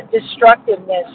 destructiveness